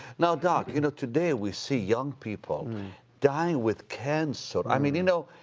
now, doc, you know, today we see young people dying with cancer. i mean, you know,